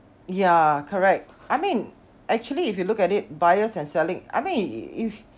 ya correct I mean actually if you look at it buyers and selling I mean if